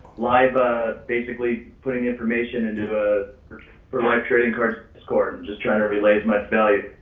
live ah basically putting information into ah for live trading card score, i'm just trying to relay my value.